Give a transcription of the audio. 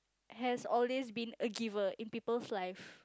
has always been a giver in people's life